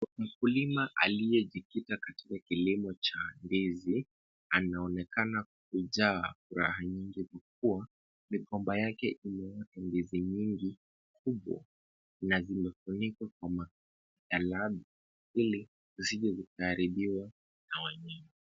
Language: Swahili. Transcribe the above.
Mkulima aliyejikuta katika kilimo cha ndizi anaonekana kujaa furaha nyingi, kwa kuwa migomba yake imeota ndizi nyingi, na zimefunikwa kwa matalabu ili zisije zikaharibiwa na wanyama.